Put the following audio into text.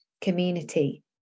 community